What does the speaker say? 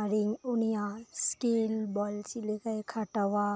ᱟᱨ ᱤᱧ ᱩᱱᱤᱭᱟᱜ ᱥᱠᱤᱞ ᱵᱚᱞ ᱪᱮᱫ ᱞᱮᱠᱟᱭ ᱠᱷᱟᱴᱟᱣᱟ